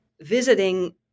visiting